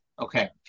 Okay